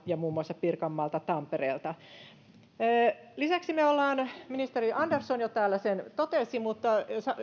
ja muun muassa pirkanmaalta tampereelta ministeri andersson jo täällä sen totesi mutta